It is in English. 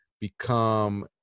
become